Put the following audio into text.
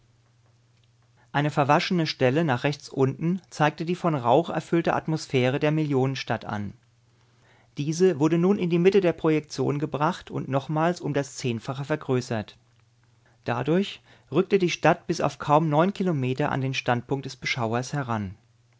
eine verwaschene stelle nach rechts unten zeigte die von rauch erfüllte atmosphäre der millionenstadt an diese wurde nun in die mitte der projektion gebracht und nochmals um das zehnfache vergrößert dadurch rückte die stadt bis auf kaum neun kilometer an den standpunkt des beschauers heran